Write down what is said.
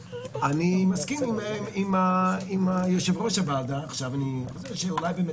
אני מסכים עם יושב-ראש הוועדה שאולי באמת